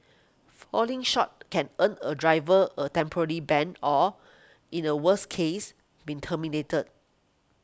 falling short can earn a driver a temporary ban or in a worse case being terminated